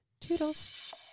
toodles